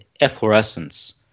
efflorescence